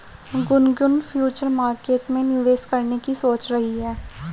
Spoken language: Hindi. गुनगुन फ्युचर मार्केट में निवेश करने की सोच रही है